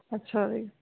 ਅੱਛਾ ਜੀ